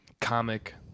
comic